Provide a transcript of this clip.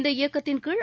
இந்த இயக்கத்தின்கீழ்